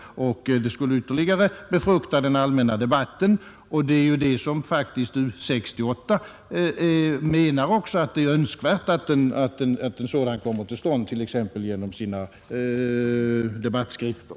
Härigenom skulle den allmänna debatten ytterligare befruktas. Det är väl också U 68:s mening att en sådan diskussion bör föras, vilket framgår exempelvis genom utredningens egna debattskrifter.